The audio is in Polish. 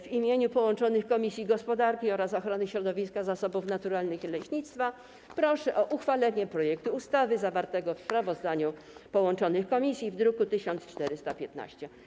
W imieniu połączonych Komisji Gospodarki i Rozwoju oraz Komisji Ochrony Środowiska, Zasobów Naturalnych i Leśnictwa proszę o uchwalenie projektu ustawy zawartego w sprawozdaniu połączonych komisji w druku nr 1415.